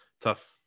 tough